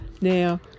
now